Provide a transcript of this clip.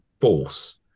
force